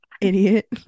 idiot